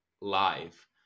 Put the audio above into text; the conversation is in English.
Live